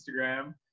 instagram